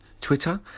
Twitter